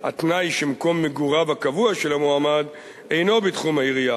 התנאי שמקום מגוריו הקבוע של המועמד אינו בתחום העירייה,